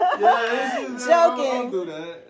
Joking